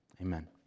Amen